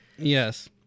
Yes